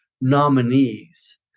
nominees